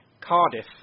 Cardiff